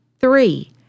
Three